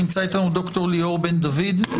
נמצא איתנו דוקטור ליאור בן דוד,